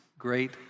great